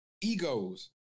Egos